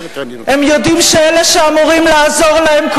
הם יודעים שאלה שאמורים לעזור להם,